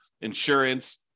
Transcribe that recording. insurance